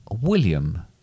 william